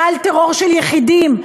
גל טרור של יחידים,